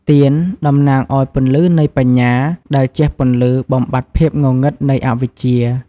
ទៀន តំណាងឱ្យពន្លឺនៃបញ្ញា ដែលជះពន្លឺបំបាត់ភាពងងឹតនៃអវិជ្ជា។